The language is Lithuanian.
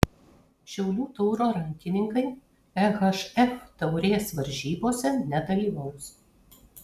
šiaulių tauro rankininkai ehf taurės varžybose nedalyvaus